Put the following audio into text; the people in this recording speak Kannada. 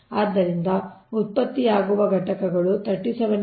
ಆದ್ದರಿಂದ ಉತ್ಪತ್ತಿಯಾಗುವ ಘಟಕಗಳು 37